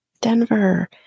Denver